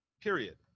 period